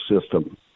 system